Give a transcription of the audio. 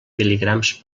mil·ligrams